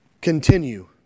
Continue